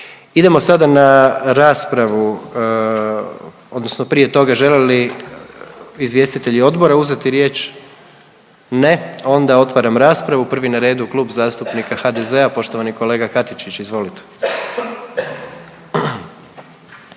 Idemo sada na raspravu odnosno prije toga žele li izvjestitelji odbora uzeti riječ? Ne. Onda otvaram raspravu, prvi na redu Klub zastupnika HDZ-a, poštovani kolega Katičić, Izvolite.